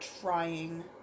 trying